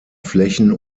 flächen